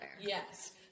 Yes